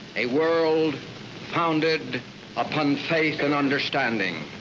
a world founded upon faith and understanding.